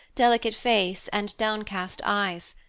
delicate face, and downcast eyes.